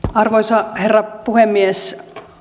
arvoisa herra puhemies